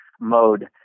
mode